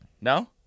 No